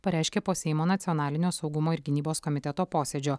pareiškė po seimo nacionalinio saugumo ir gynybos komiteto posėdžio